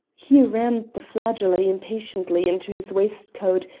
he rammed the flageolet impatiently into his waistcoat,